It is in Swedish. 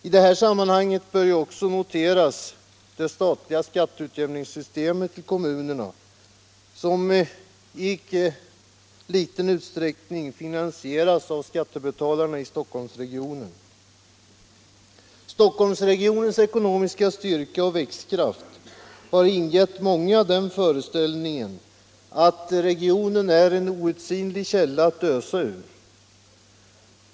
I det sammanhanget bör också noteras att det statliga skatteutjämningssystemet i kommunerna i stor utsträckning finansieras av skattebetalarna i Stockholmsregionen. Stockholmsregionens ekonomiska styrka och växtkraft har ingett många den föreställningen, att regionen är en outsinlig källa att ösa ur.